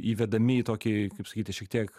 įvedami į tokį kaip sakyti šiek tiek